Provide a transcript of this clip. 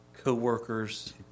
co-workers